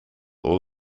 all